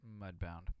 Mudbound